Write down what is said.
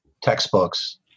textbooks